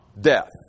death